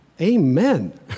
Amen